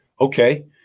okay